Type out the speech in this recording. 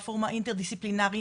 "פורום האינטר-דספילינארי",